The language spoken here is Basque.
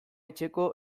etxeko